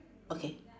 okay